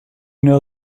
know